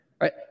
right